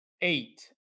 eight